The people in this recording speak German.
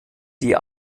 die